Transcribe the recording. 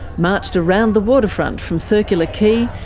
marched around the waterfront from circular quay,